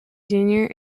junior